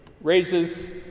raises